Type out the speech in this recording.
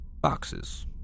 Boxes